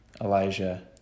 Elijah